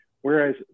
Whereas